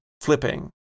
flipping